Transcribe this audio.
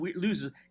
loses –